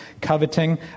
coveting